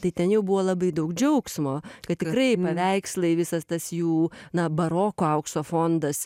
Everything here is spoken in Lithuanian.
tai ten jau buvo labai daug džiaugsmo kad tikrai paveikslai visas tas jų na baroko aukso fondas